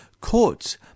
Courts